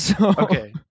Okay